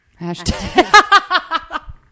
Hashtag